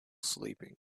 sleeping